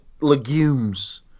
legumes